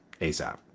ASAP